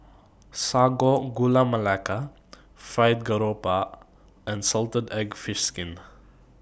Sago Gula Melaka Fried Garoupa and Salted Egg Fried Fish Skin